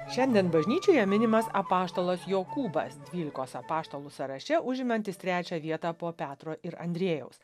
šiandien bažnyčioje minimas apaštalas jokūbas dvylikos apaštalų sąraše užimantis trečią vietą po petro ir andriejaus